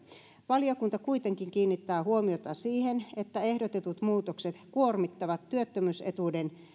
valiokunta kuitenkin kiinnittää huomiota siihen että ehdotetut muutokset kuormittavat työttömyysetuuden